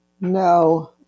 No